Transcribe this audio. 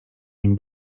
nim